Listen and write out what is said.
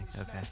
Okay